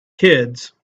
kids